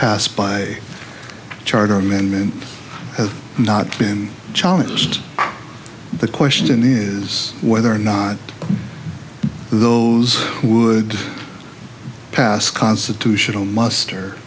passed by a charter amendment have not been challenged the question is whether or not those would pass constitutional must